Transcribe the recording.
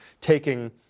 taking